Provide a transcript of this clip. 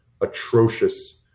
atrocious